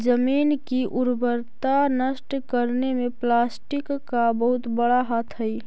जमीन की उर्वरता नष्ट करने में प्लास्टिक का बहुत बड़ा हाथ हई